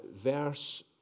verse